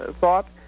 thought